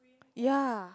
ya